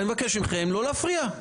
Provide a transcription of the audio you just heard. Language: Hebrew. ואני מבקש מכם לא להפריע.